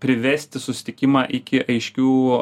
privesti susitikimą iki aiškių